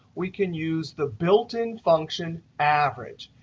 we can use the built-in function average.